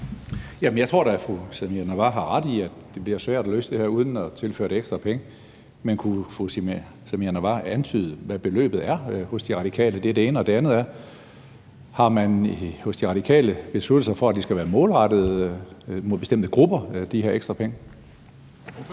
jeg tror da, fru Samira Nawa har ret i, at det bliver svært at løse det her uden at tilføre det ekstra penge. Men kunne fru Samira Nawa antyde, hvad beløbet ifølge De Radikale er? Det er det ene, og det andet er: Har man hos De Radikale besluttet sig for, at de her ekstra penge skal være målrettet bestemte grupper? Kl. 19:25 Formanden